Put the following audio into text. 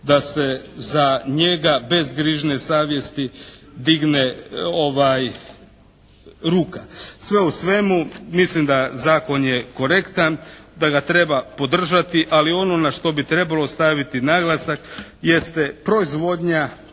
da se za njega bez grižnje savjesti digne ruka. Sve u svemu mislim da zakon je korektan, da ga treba podržati. Ali ono na što bi trebalo staviti naglasak jeste proizvodnja